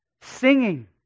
singing